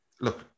look